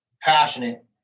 Passionate